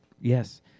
Yes